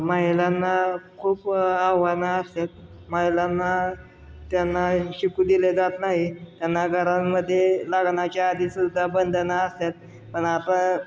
महिलांना खूप आव्हानं असतात महिलांना त्यांना शिकू दिले जात नाही त्यांना घरांमध्ये लाग्नाच्या आधी सुद्धा बंधनं असतात पण आता